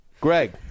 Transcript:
Greg